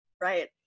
Right